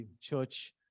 church